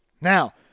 Now